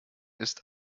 ist